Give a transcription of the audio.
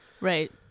Right